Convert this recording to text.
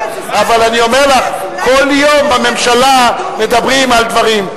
אבל אני אומר לך: כל יום בממשלה מדברים על דברים.